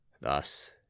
Thus